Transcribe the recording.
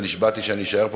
ונשבעתי שאני אשאר פה,